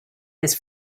his